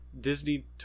Disney